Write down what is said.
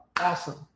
Awesome